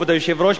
כבוד היושב-ראש,